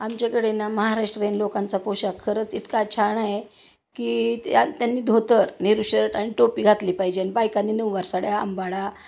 आमच्याकडे ना महाराष्ट्रीयन लोकांचा पोशाख खरंच इतका छान आहे की त्या त्यांनी धोतर नेहरू शर्ट आणि टोपी घातली पाहिजे अन बायकांनी नऊवार साड्या अंबाडा